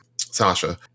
sasha